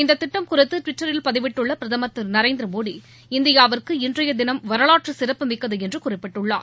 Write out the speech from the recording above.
இந்தத் திட்டம் குறித்து டுவிட்டரில் பதிவிட்டுள்ள பிரதமர் திரு நரேந்திரமோடி இந்தியாவிற்கு இன்றைய தினம் வரலாற்று சிறப்புமிக்கது என்று குறிப்பிட்டுள்ளார்